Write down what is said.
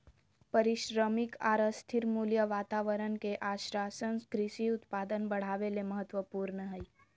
पारिश्रमिक आर स्थिर मूल्य वातावरण के आश्वाशन कृषि उत्पादन बढ़ावे ले महत्वपूर्ण हई